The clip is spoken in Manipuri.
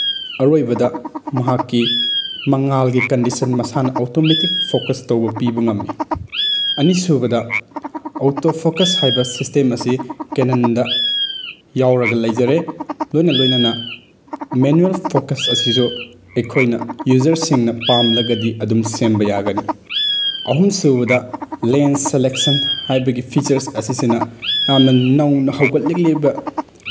ꯑꯔꯣꯏꯕꯗ ꯃꯍꯥꯛꯀꯤ ꯃꯉꯥꯜꯒꯤ ꯀꯟꯗꯤꯁꯟ ꯃꯁꯥꯅ ꯑꯣꯇꯣꯃꯦꯇꯤꯛ ꯐꯣꯀꯁ ꯇꯧꯕ ꯄꯤꯕ ꯉꯝꯃꯤ ꯑꯅꯤꯁꯨꯕꯗ ꯑꯣꯇꯣꯐꯣꯀꯁ ꯍꯥꯏꯕ ꯁꯤꯁꯇꯦꯝ ꯑꯁꯤ ꯀꯦꯅꯟꯗ ꯌꯥꯎꯔꯒ ꯂꯩꯖꯔꯦ ꯂꯣꯏꯅ ꯂꯣꯏꯅꯅ ꯃꯦꯅꯨꯋꯦꯜ ꯐꯣꯀꯁ ꯑꯁꯤꯁꯨ ꯑꯩꯈꯣꯏꯅ ꯌꯨꯖꯔꯁꯤꯡꯅ ꯄꯥꯝꯂꯒꯗꯤ ꯑꯗꯨꯝ ꯁꯦꯝꯕ ꯌꯥꯒꯅꯤ ꯑꯍꯨꯝꯁꯨꯕꯗ ꯂꯦꯟ ꯁꯦꯂꯦꯛꯁꯟ ꯍꯥꯏꯕꯒꯤ ꯐꯤꯆꯔꯁ ꯑꯁꯤꯁꯤꯅ ꯌꯥꯝꯅ ꯅꯧꯅ ꯍꯧꯒꯠꯂꯛꯂꯤꯕ